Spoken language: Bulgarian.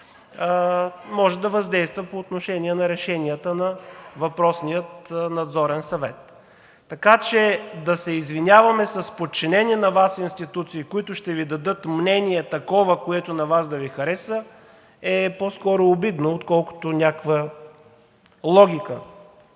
може да въздейства по отношение на решенията на въпросния надзорен съвет. Така че да се извинявате с подчинени на Вас институции, които ще Ви дадат мнение такова, каквото да Ви хареса, е по-скоро обидно, отколкото някаква логика.